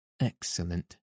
Excellent